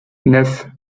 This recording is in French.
neuf